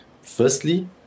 Firstly